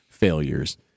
Failures